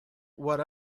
what